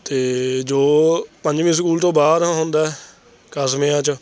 ਅਤੇ ਜੋ ਪੰਜਵੀਂ ਸਕੂਲ ਤੋਂ ਬਾਅਦ ਆਉਂਦਾ ਹੈ ਕਸਬਿਆਂ 'ਚ